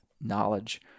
knowledge